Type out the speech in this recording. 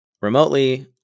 remotely